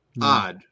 odd